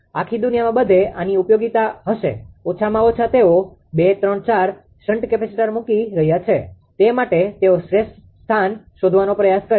આખી દુનિયામાં બધે આની ઉપયોગીતા હશે ઓછામાં ઓછા તેઓ 2 3 4 શન્ટ કેપેસિટર મૂકી રહ્યા છે તે માટે તેઓ શ્રેષ્ઠ સ્થાન શોધવાનો પ્રયાસ કરે છે